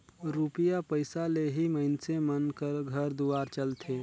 रूपिया पइसा ले ही मइनसे मन कर घर दुवार चलथे